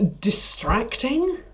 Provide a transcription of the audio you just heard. Distracting